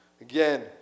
Again